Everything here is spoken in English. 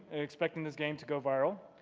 expecting this game to go viral,